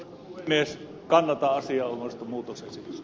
arvoisa puhemies